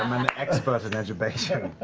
i'm an expert in edubation.